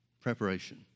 Preparation